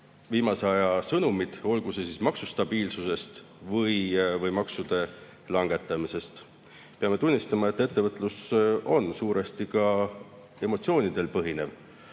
viimase aja sõnumid. Olgu näiteks toodud maksustabiilsus ja maksude langetamine. Peame tunnistama, et ettevõtlus on suuresti ka emotsioonidel põhinev